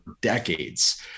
decades